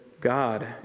God